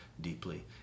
deeply